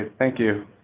and thank you.